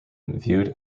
viewed